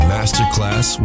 Masterclass